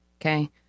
okay